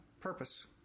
purpose